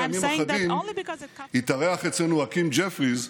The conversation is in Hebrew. ואני אומר זאת כי רק לפני ימים אחדים התארח אצלנו האקים ג'פריס,